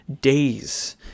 days